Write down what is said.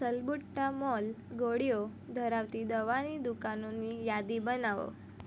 salbutamol ગોળીઓ ધરાવતી દવાની દુકાનોની યાદી બનાવો